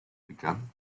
begun